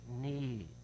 need